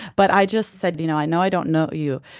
but i just said, you know i know i don't know you,